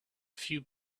few